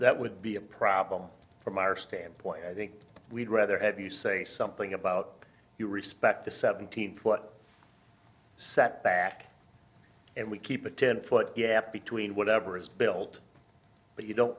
that would be a problem from our standpoint i think we'd rather have you say something about you respect the seventeen foot setback and we keep a ten foot yap between whatever is built but you don't